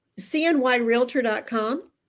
cnyrealtor.com